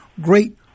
great